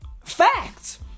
Facts